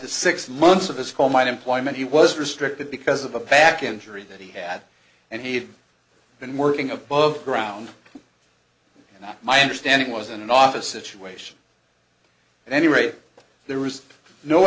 to six months of his home and employment he was restricted because of a back injury that he had and he had been working above ground my understanding was in an office situation and any rate there was no